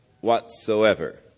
whatsoever